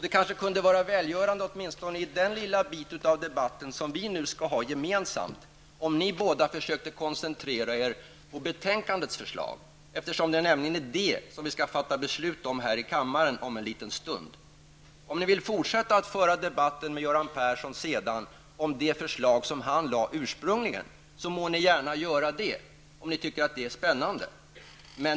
Det kunde ändå vara välgörande att ni åtminstone i denna lilla bit av debatten som vi skall ha gemensamt båda försökte koncentrera er på betänkandets förslag, för det är nämligen det som vi skall fatta beslut om här i kammaren om en stund. Om ni vill fortsätta att föra debatten med Göran Persson senare om de förslag som han ursprungligen lade fram, må ni gärna göra det om ni tycker att det är spännande.